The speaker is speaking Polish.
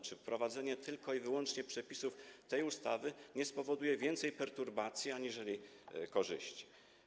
Czy wprowadzenie tylko i wyłącznie przepisów tej ustawy nie spowoduje więcej perturbacji aniżeli korzyści?